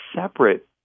separate